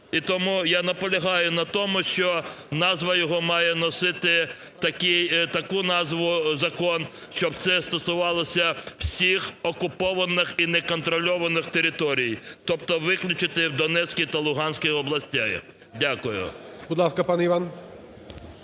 І тому я наполягаю на тому, що назва його має носити таку назву, закон, щоб це стосувалось всіх окупованих і не контрольованих територій, тобто виключити Донецьку та Луганську області. Дякую. ГОЛОВУЮЧИЙ. Будь ласка, пан Іван.